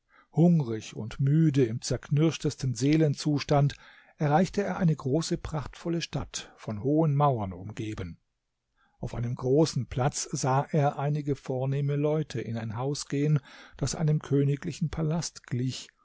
hungrig und müde im zerknirschtesten seelenzustand erreichte er eine große prachtvolle stadt von hohen mauern umgeben auf einem großen platz sah er einige vornehme leute in ein haus gehen das einem königlichen palast glich